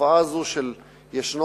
התופעה שישנו